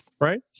right